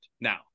now